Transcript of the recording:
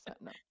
no